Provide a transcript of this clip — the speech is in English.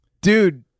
dude